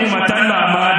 חבר הכנסת קרעי.